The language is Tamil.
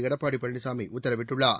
எடப்பாடி பழனிசாமி உத்தரவிட்டுள்ளார்